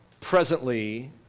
presently